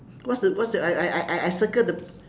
what's the what's the I I I I I circle the